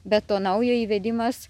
bet to naujo įvedimas